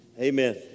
Amen